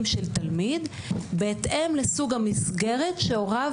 של תלמיד בהתאם לסוג המסגרת שהוריו